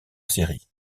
série